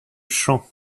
chant